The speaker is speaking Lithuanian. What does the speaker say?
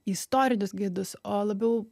istorinius gidus o labiau